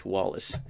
Wallace